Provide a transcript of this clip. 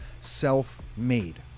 self-made